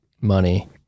money